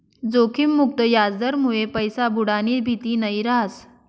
जोखिम मुक्त याजदरमुये पैसा बुडानी भीती नयी रहास